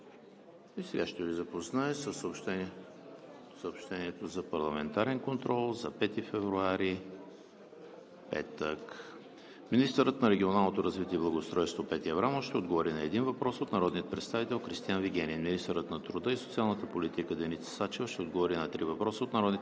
прието. Ще Ви запозная със съобщенията за парламентарен контрол за 5 февруари, петък: 1. Министърът на регионалното развитие и благоустройството Петя Аврамова ще отговори на един въпрос от народния представител Кристиан Вигенин. 2. Министърът на труда и социалната политика Деница Сачева ще отговори на три въпроса от народните представители